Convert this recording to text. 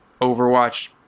Overwatch